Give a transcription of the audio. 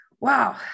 wow